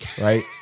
Right